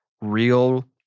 real